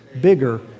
bigger